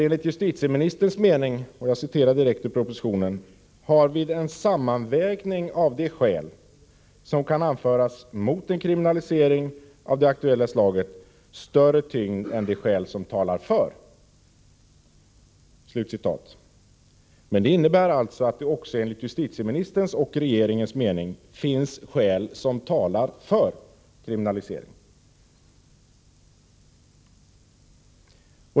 Enligt justitieministerns mening har ”vid en sammanvägning av de skäl som kan anföras mot en kriminalisering av det aktuella slaget större tyngd än de skäl som talar för”. Detta innebär alltså att det också enligt justitieministerns och regeringens mening finns skäl som talar för kriminalisering.